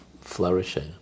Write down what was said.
flourishing